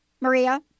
Maria